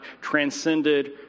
transcended